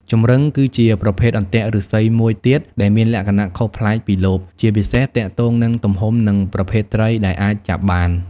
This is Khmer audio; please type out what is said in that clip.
ចម្រឹង គឺជាប្រភេទអន្ទាក់ឫស្សីមួយទៀតដែលមានលក្ខណៈខុសប្លែកពីលប ជាពិសេសទាក់ទងនឹងទំហំ និងប្រភេទត្រីដែលអាចចាប់បាន។